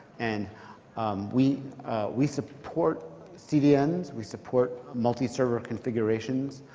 and we we support cdns, we support multi-server configurations.